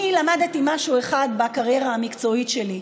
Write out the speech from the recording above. אני למדתי משהו אחד בקריירה המקצועית שלי,